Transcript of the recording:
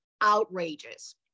outrages